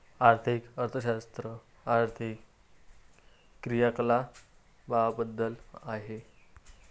आर्थिक अर्थशास्त्र आर्थिक क्रियाकलापांबद्दल आहे